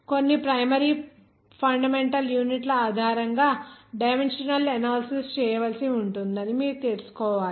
కొన్ని primary fundamental యూనిట్ల ఆధారంగా ఆ డైమెన్షనల్ అనాలసిస్ చేయవలసి ఉంటుంది అని మీరు తెలుసుకోవాలి